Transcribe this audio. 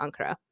Ankara